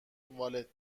والت